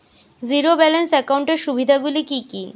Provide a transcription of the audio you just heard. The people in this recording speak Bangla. জীরো ব্যালান্স একাউন্টের সুবিধা গুলি কি কি?